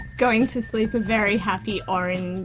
going to sleep a very happy orange